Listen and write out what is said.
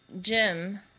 Jim